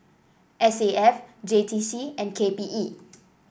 S A F J T C and K P E